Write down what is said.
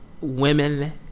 women